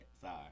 Sorry